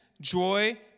joy